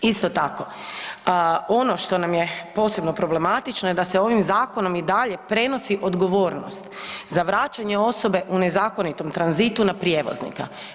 Isto tako, ono što nam je posebno problematično je da se ovim zakonom i dalje prenosi odgovornost za vraćanje u nezakonitom tranzitu na prijevoznika.